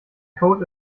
code